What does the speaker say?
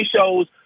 shows